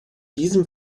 diesem